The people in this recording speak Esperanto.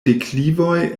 deklivoj